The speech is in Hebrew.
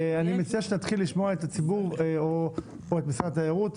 אני מציע שנתחיל לשמוע את הציבור או את משרד התיירות.